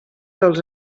dels